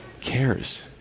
cares